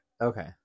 okay